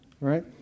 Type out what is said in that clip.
right